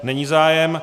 Není zájem.